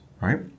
right